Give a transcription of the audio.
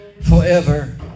forever